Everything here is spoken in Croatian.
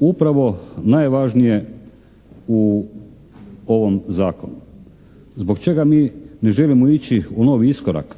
upravo najvažnije u ovom zakonu. Zbog čega mi ne želimo ići u novi iskorak?